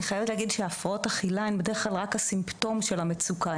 אני חייבת להגיד שהפרעות אכילה היא בדרך כלל רק הסימפטום של המצוקה,